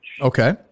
Okay